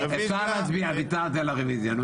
התשפ"ב 2021 (מ/1449), בכל הקריאות.